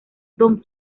don